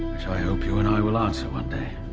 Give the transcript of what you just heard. which i hope you and i will answer one day.